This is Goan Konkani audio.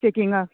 चॅकिंगांक